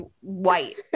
white